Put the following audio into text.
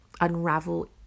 unravel